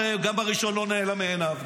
הרי גם בראשון לא נעלם מעיניו,